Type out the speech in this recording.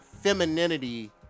femininity